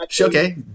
Okay